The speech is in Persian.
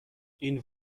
این